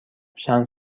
چند